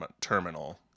terminal